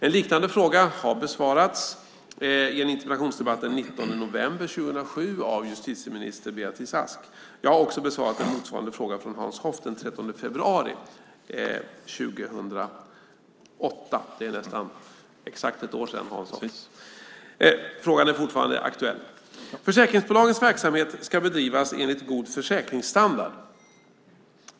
En liknande fråga har besvarats i en interpellationsdebatt den 19 november 2007 av justitieminister Beatrice Ask. Jag har också besvarat en motsvarande fråga från Hans Hoff den 13 februari 2008. Det är exakt ett år sedan. Frågan är fortfarande aktuell. Försäkringsbolagens verksamhet ska bedrivas enligt god försäkringsstandard.